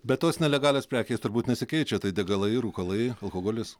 bet tos nelegalios prekės turbūt nesikeičia tai degalai rūkalai alkoholis